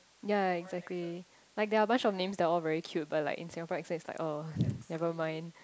ya exactly like there are much of names they all very cute but like in Singapore accent it's like oh never mind